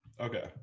Okay